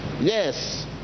Yes